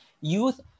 youth